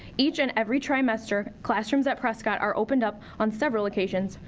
each and every trimester classrooms at prescott are opened up, on several occasions,